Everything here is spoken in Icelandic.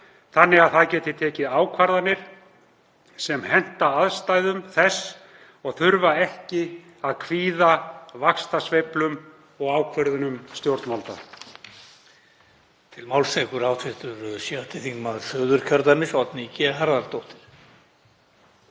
þannig að það geti tekið ákvarðanir sem henta aðstæðum þess og þurfi ekki að kvíða vaxtasveiflum og ákvörðunum stjórnvalda.